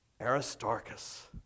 Aristarchus